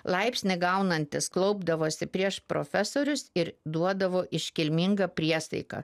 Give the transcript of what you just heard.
laipsnį gaunantis klaupdavosi prieš profesorius ir duodavo iškilmingą priesaiką